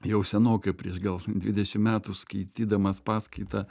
jau senokai prieš gal dvidešim metų skaitydamas paskaitą